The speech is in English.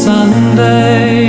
Sunday